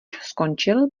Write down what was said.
skončil